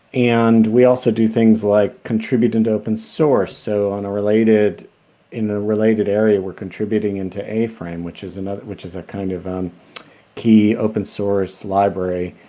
and we also do things like contributing to open source, so on a related in a related area, we are contributing into a frame which is and which is a kind of a um key open source library